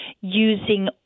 using